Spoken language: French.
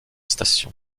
station